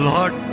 Lord